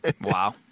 Wow